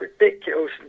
ridiculous